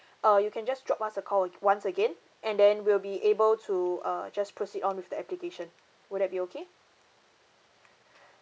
uh you can just drop us a call once again and then we'll be able to uh just proceed on with the application would that be okay